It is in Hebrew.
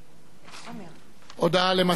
הודעה למזכירת הכנסת, בבקשה,